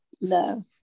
No